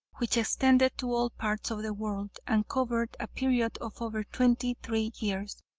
which extended to all parts of the world, and covered a period of over twenty three years,